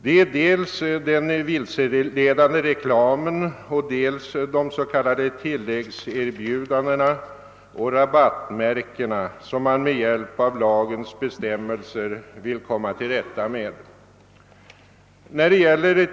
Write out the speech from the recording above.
Det är dels den vilseledande reklamen, dels de s.k. tilläggserbjudandena och rabattmärkena som man med hjälp av lagens bestämmelser vill komma till rätta med.